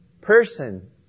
person